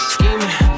Scheming